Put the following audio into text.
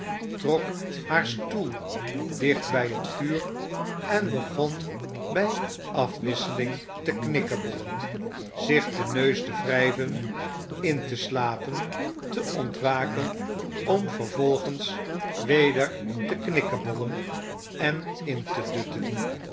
trok haar stoel dicht bij het vuur en begon bij afwisseling te knikkebollen zich den neus te wrijven in te slapen te ontwaken om vervolgens weder te knikkebollen en in te dutten